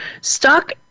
stuck